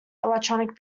electronic